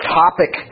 topic